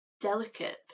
delicate